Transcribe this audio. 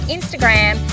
Instagram